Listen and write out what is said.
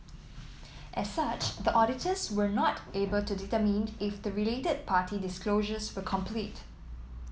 as such the auditors were not able to determined if the related party disclosures were complete